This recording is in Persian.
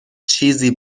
چیزی